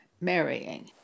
marrying